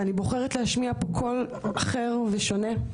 ואני בוחרת להשמיע פה קול אחר ושונה.